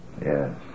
Yes